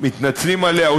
מתנצלים עליה,